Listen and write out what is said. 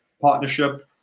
partnership